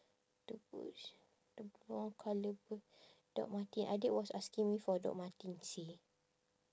the boots the brown colour boot Dr. Martens adik was asking me for Dr. Martens seh